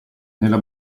nella